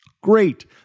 Great